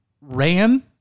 ran